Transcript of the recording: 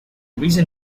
reason